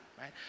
right